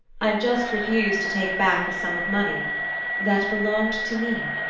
i've just refused to take back a sum of money that belonged to me.